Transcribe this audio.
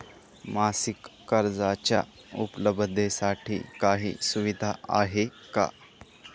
मासिक कर्जाच्या उपलब्धतेसाठी काही सुविधा आहे का?